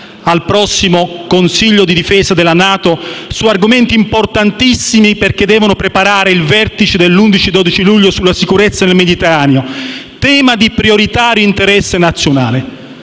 al prossimo Consiglio di difesa della NATO su argomenti importantissimi, dato che devono preparare il vertice dell'11 e 12 luglio sulla sicurezza nel Mediterraneo, tema di prioritario interesse nazionale?